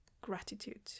gratitude